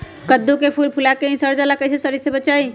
कददु के फूल फुला के ही सर जाला कइसे सरी से बचाई?